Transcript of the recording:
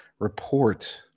Report